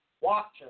Watchers